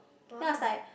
then I was like